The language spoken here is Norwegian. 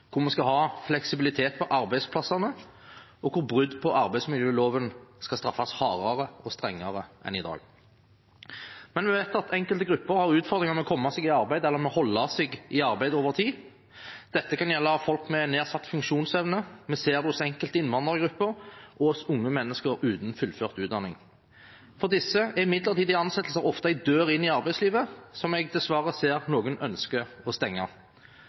hvor vi skal ha fleksibilitet på arbeidsplassene, og hvor brudd på arbeidsmiljøloven skal straffes hardere og strengere enn i dag. Men vi vet at enkelte grupper har utfordringer med å komme seg i arbeid eller med å holde seg i arbeid over tid. Dette kan gjelde folk med nedsatt funksjonsevne, og vi ser det hos enkelte innvandrergrupper og hos unge mennesker uten fullført utdanning. For disse er midlertidige ansettelser ofte en dør inn i arbeidslivet, som jeg dessverre ser noen ønsker å stenge.